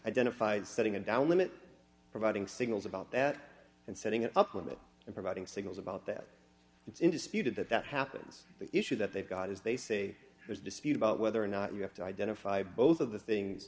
identified setting it down limit providing signals about that and setting it up with it and providing signals about that it's indisputed that that happens the issue that they've got is they say there's a dispute about whether or not you have to identify both of the things